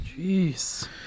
Jeez